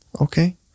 Okay